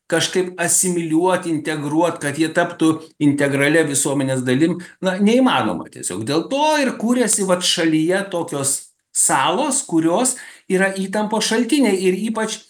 kažkaip asimiliuot integruot kad jie taptų integralia visuomenės dalim na neįmanoma tiesiog dėl to ir kuriasi vat šalyje tokios salos kurios yra įtampos šaltiniai ir ypač